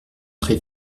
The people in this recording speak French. très